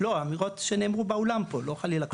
לא, האמירות שנאמרו באולם פה לא חלילה כלפיך.